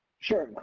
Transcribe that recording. sure.